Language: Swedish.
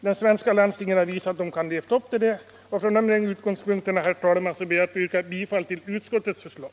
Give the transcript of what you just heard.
De har också visat att de kan leva upp till dem, och från de utgångspunkterna, herr talman, ber jag att få yrka bifall till utskottets förslag.